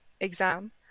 exam